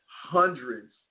hundreds